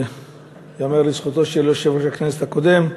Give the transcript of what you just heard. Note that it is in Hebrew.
ייאמר לזכותו של יושב-ראש הכנסת הקודם,